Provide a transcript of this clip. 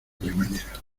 cremallera